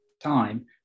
time